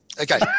Okay